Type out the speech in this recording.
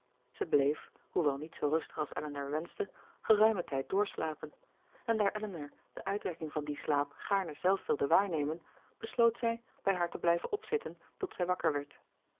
zij bleef hoewel niet zoo rustig als elinor wenschte geruimen tijd doorslapen en daar elinor de uitwerking van dien slaap gaarne zelf wilde waarnemen besloot zij bij haar te blijven opzitten tot zij wakker werd